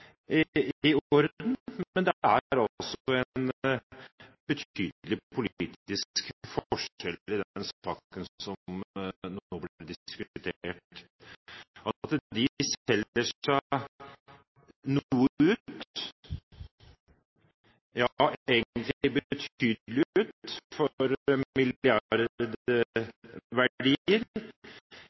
en betydelig politisk forskjell i den saken som nå blir diskutert. At de selger seg noe ut – egentlig betydelig ut, for milliardverdier